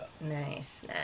Nice